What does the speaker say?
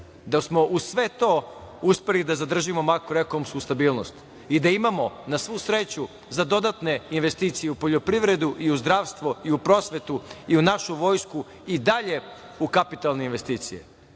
da smo uz sve to uspeli da zadržimo makroekonomsku stabilnost i da imamo, na svu sreću, za dodatne investicije u poljoprivredu i u zdravstvo i u prosvetu i u našu Vojsku, i dalje u kapitalne investicije. Pozivate